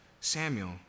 Samuel